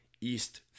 East